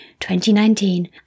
2019